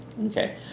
Okay